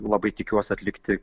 labai tikiuos atlikti